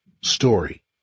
story